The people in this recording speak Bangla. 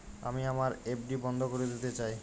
আমি আমার এফ.ডি বন্ধ করে দিতে চাই